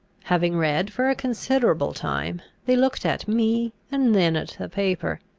having read for a considerable time, they looked at me, and then at the paper,